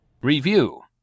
Review